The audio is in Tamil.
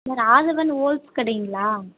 சார் ஆதவன் ஹோல்ஸ் கடைங்களா